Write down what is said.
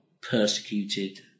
persecuted